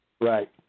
Right